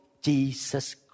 Jesus